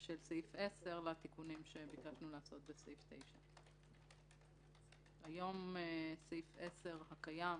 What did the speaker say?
של סעיף 10 לתיקונים שביקשנו לעשות בסעיף 9. סעיף 10 הקיים